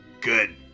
Good